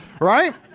Right